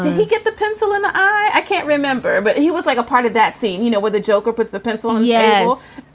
he gets the pencil and i can't remember. but he was like a part of that scene, you know, with the joker puts the pencil. yes.